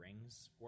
Rings